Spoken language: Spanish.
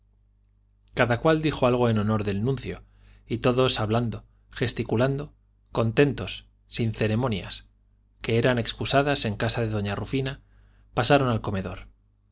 cada cual dijo algo en honor del nuncio y todos hablando gesticulando contentos sin ceremonias que eran excusadas en casa de doña rufina pasaron al comedor